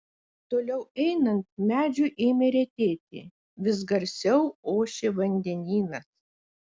toliau einant medžių ėmė retėti vis garsiau ošė vandenynas